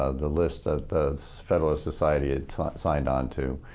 ah the list ah the federalist society had signed onto,